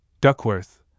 Duckworth